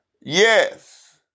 Yes